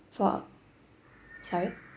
for sorry